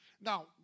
Now